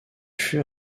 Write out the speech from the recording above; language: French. fut